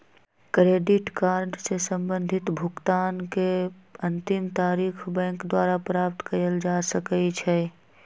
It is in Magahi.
क्रेडिट कार्ड से संबंधित भुगतान के अंतिम तारिख बैंक द्वारा प्राप्त कयल जा सकइ छइ